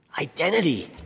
Identity